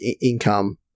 income